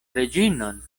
reĝinon